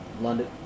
London